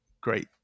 great